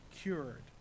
cured